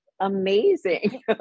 amazing